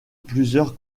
plusieurs